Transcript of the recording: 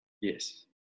Yes